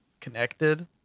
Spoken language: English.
connected